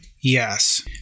Yes